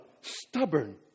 stubborn